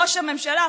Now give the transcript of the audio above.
ראש הממשלה,